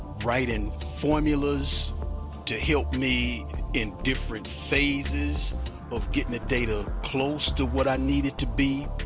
writing formulas to help me in different phases of getting a data close to what i need it to be,